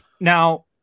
Now